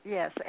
Yes